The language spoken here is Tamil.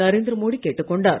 நரேந்திரமோடி கேட்டுக் கொண்டார்